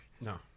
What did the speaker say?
No